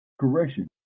Correction